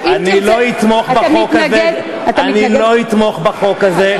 אני לא אתמוך בחוק הזה.